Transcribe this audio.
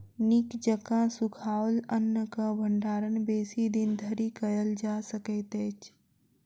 नीक जकाँ सुखाओल अन्नक भंडारण बेसी दिन धरि कयल जा सकैत अछि